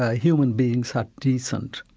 ah humans beings are decent,